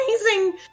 amazing